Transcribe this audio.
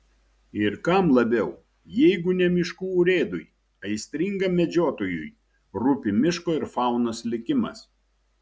ir kam labiau jeigu ne miškų urėdui aistringam medžiotojui rūpi miško ir faunos likimas